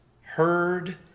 heard